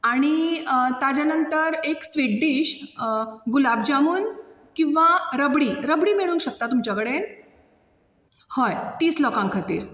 आनी ताजे नंतर एक स्वीट डीश गुलाब जामुन किवां रबडी रबडी मेळूंक शकता तुमच्या कडेन हय तीस लोकां खातीर